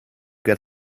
get